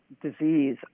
disease